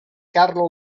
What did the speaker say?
carlo